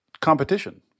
competition